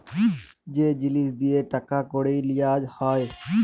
যে জিলিস দিঁয়ে টাকা কড়ি লিয়া হ্যয়